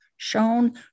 shown